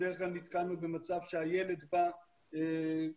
בדרך כלל נתקלנו במצב שהילד בא כשההורים